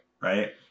Right